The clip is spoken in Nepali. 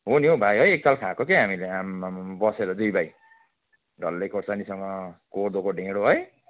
हो नि हौ भाइ एकताल खाएको के हामीले आम्ममाम बसेर दुई भाइ डल्ले खोर्सानीसँग कोदोको ढेडो है